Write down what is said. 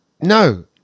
No